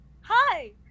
Hi